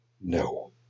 No